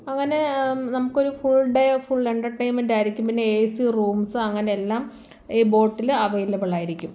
അങ്ങനെ നമുക്കൊരു full day full entertainment ആയിരിക്കും പിന്നെ ഏ സി റൂംസ് അങ്ങനെയെല്ലാം ഈ ബോട്ടിൽ അവൈലബിൾ ആയിരിക്കും